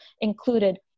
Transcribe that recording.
included